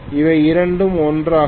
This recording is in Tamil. இவை இரண்டும் 1ஆகும்